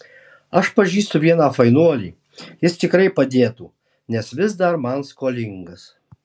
aš pažįstu vieną fainuolį jis tikrai padėtų nes vis dar man skolingas